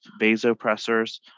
vasopressors